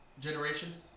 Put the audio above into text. Generations